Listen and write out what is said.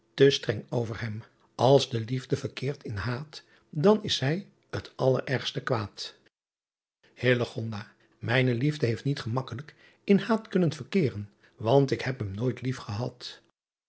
te streng over hem ls de liefde verkeert in haat dan is zij t allerergste kwaad ijne liefde heeft niet gemakkelijk in haat kunnen verkeeren want ik heb hem nooit lief gehad